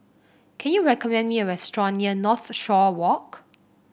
can you recommend me a restaurant near Northshore Walk